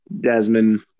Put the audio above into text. Desmond